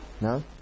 no